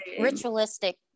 ritualistic